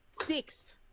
Six